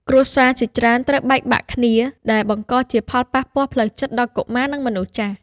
គ្រួសារជាច្រើនត្រូវបែកបាក់គ្នា ដែលបង្កជាផលប៉ះពាល់ផ្លូវចិត្តដល់កុមារ និងមនុស្សចាស់។